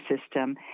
system